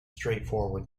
straightforward